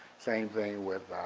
same thing with